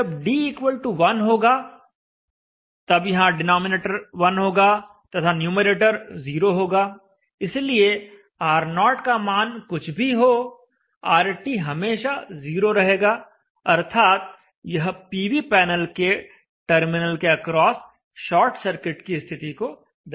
जब d1 होगा तब यहां डिनॉमिनेटर 1 होगा तथा न्यूमैरेटर 0 होगा इसलिए R0 का मान कुछ भी हो RT हमेशा 0 रहेगा अर्थात यह पीवी पैनल के टर्मिनल के अक्रॉस शार्ट सर्किट की स्थिति को दर्शाएगा